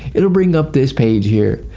it'll bring up this page here.